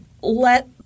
let